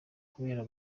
kubera